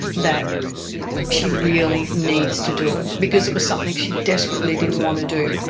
that she really needs to do it. because it was something she desperately didn't want to do.